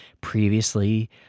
previously